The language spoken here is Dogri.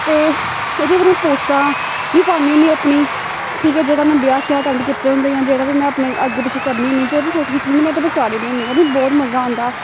ते एह्दे उप्पर में पोस्टां बी पान्नी होन्नी अपनी ठीक ऐ जेह्ड़ा में ब्याह् श्याह् अटैंड कीते होंदे जां जेह्ड़ बी में अपने अग्गें पिच्छें करनी होन्नी जो बी फोटो खिच्चनी होन्नी में ओह्दे पर चाढ़ी होन्नी होर बोह्त मजा आंदा